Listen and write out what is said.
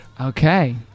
okay